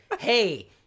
Hey